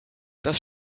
das